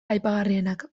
aipagarrienak